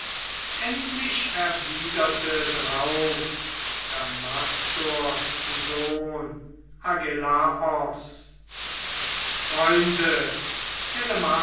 endlich erwiderte drauf damastors sohn agelaos freunde